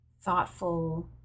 thoughtful